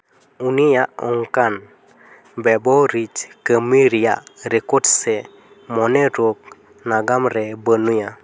ᱩᱱᱤᱭᱟᱜ ᱚᱱᱠᱟᱱ ᱵᱮᱵᱟᱲᱤᱡ ᱠᱟᱹᱢᱤ ᱨᱮᱭᱟᱜ ᱨᱮᱠᱚᱨᱰ ᱥᱮ ᱢᱚᱱᱮ ᱨᱳᱜᱽ ᱱᱟᱜᱟᱢ ᱨᱮ ᱵᱟᱹᱱᱩᱜᱼᱟ